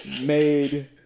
made